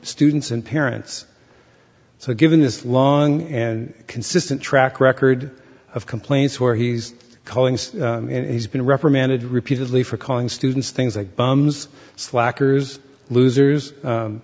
students and parents so given this long and consistent track record of complaints where he's calling in he's been reprimanded repeatedly for calling students things like bums slackers losers